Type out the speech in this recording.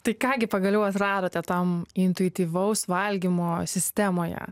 tai ką gi pagaliau atradote tam intuityvaus valgymo sistemoje